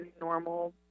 Normal